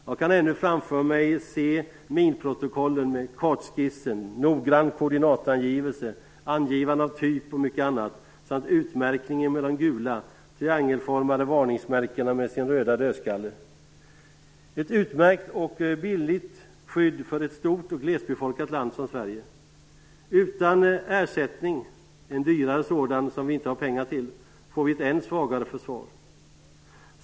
Jag kan ännu framför mig se minprotokollen med kartskiss, noggrann koordinatangivelse, angivande av typ och mycket annat, samt utmärkningen med de gula triangelformade varningsmärkena med sin röda dödskalle - ett utmärkt och billigt skydd för ett stort och glesbefolkat land som Sverige. Utan ersättning - en dyrare sådan, som vi inte har pengar till - får vi ett än svagare försvar.